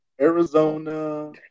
Arizona